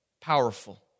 powerful